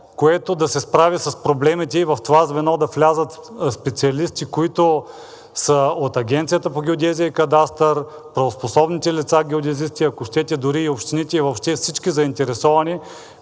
което да се справи с проблемите, и в това звено да влязат специалисти, които са от Агенцията по геодезия, картография и кадастър, правоспособните лица геодезисти, ако щете дори и общините, въобще всички заинтересовани,